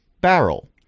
barrel